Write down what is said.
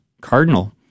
cardinal